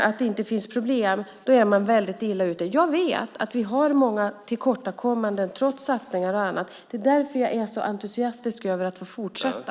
att det inte finns problem är man illa ute. Jag vet att vi har många tillkortakommanden, trots satsningar och annat. Det är därför jag är så entusiastisk över att få fortsätta.